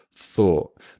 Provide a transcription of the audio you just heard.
thought